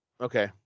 Okay